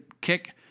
kick